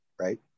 right